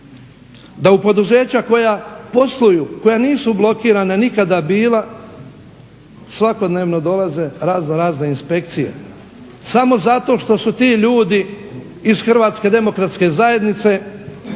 da u poduzeća koja posluju, koja nisu blokirana nikada bila svakodnevno dolaze razno razne inspekcije samo zato što su ti ljudi iz HDZ-a. I pitam vas sve